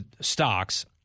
stocks